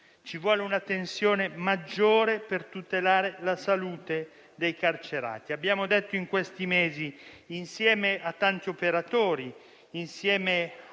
Ci vuole un'attenzione maggiore per tutelare la salute dei carcerati. Abbiamo detto in questi mesi, insieme a tanti operatori, insieme ai